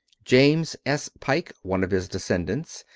james s. pike, one of his descendants,